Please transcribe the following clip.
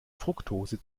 fruktose